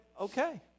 okay